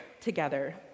together